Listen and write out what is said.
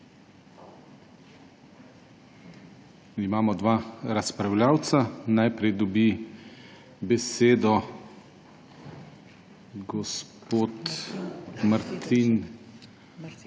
Imamo dva razpravljavca. Najprej dobi besedo gospod Martin